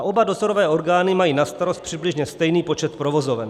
Oba dozorové orgány mají na starost přibližně stejný počet provozoven.